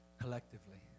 collectively